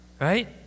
right